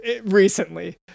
recently